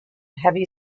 heavy